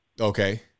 Okay